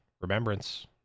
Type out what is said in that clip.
Remembrance